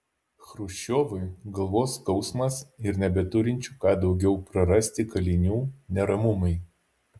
chruščiovui galvos skausmas ir nebeturinčių ką daugiau prarasti kalinių neramumai